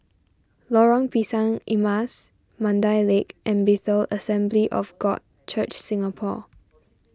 Lorong Pisang Emas Mandai Lake and Bethel Assembly of God Church Singapore